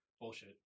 Bullshit